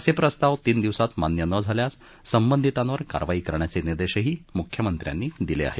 असे प्रस्ताव तीन दिवसात मान्य न झाल्यास संबंधितांवर कारवाई करण्याचे निर्देशही मुख्यमंत्र्यांनी दिले आहेत